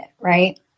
right